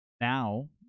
now